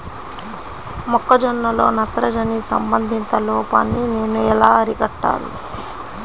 మొక్క జొన్నలో నత్రజని సంబంధిత లోపాన్ని నేను ఎలా అరికట్టాలి?